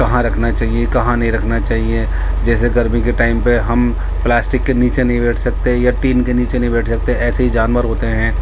کہاں رکھنا چاہیے کہاں نہیں رکھنا چاہیے جیسے گرمی کے ٹائم پہ ہم پلاسٹک کے نیچے نہیں بیٹھ سکتے یا ٹین کے نیچے نہیں بیٹھ سکتے ایسے ہی جانور ہوتے ہیں